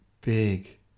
big